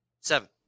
seven